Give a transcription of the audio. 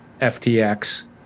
FTX